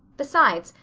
besides,